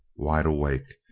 wide awake.